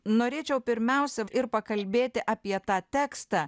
norėčiau pirmiausia ir pakalbėti apie tą tekstą